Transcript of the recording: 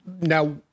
now